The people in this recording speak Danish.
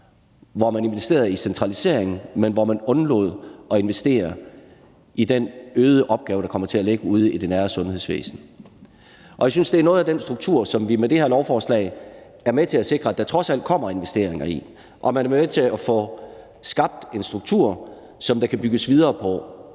hvor man investerede i centraliseringen, men hvor man undlod at investere i den øgede opgave, der ville komme til at ligge ude i det nære sundhedsvæsen. Jeg synes, at det er noget af den struktur, som vi med det her lovforslag er med til at sikre at der trods alt kommer investeringer i, og vi er med til at få skabt en struktur, der kan bygges videre på.